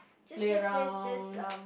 play around